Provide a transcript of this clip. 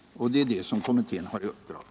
Och att göra en sådan är vad kommittén har i uppdrag.